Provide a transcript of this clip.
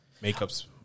makeup's